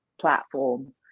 platform